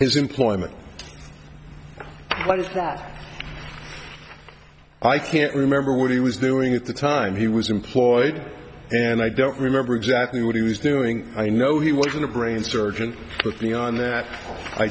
his employment i can't remember what he was doing at the time he was employed and i don't remember exactly what he was doing i know he wasn't a brain surgeon but beyond that i